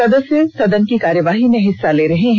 सदस्य सदन की कार्यवाही में हिस्सा ले रहे हैं